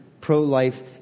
pro-life